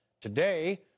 Today